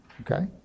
okay